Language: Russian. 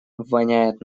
воняет